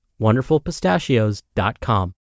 wonderfulpistachios.com